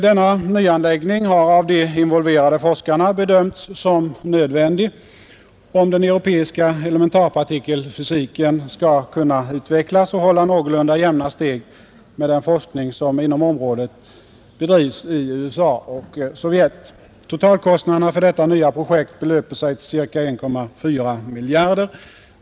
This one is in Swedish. Denna nyanläggning har av de involverade forskarna bedömts som nödvändig om den europeiska elementarpartikelfysiken skall kunna utvecklas och hålla någorlunda jämna steg med den forskning inom området som bedrivs i USA och Sovjet. Totalkostnaderna för detta nya projekt belöper sig till ca 1,4 miljarder.